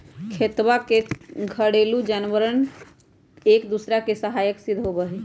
खेतवा और घरेलू जानवार एक दूसरा के सहायक सिद्ध होबा हई